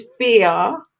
fear